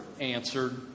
answered